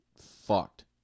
fucked